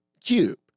Cube